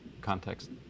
context